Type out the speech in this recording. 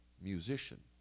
musician